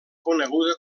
coneguda